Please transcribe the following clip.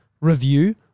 review